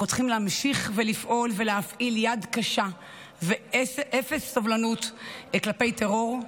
אנחנו צריכים להמשיך ולפעול ולהפעיל יד קשה ואפס סובלנות כלפי טרור.